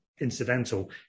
incidental